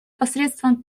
посредством